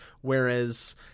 Whereas